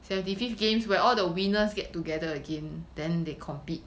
the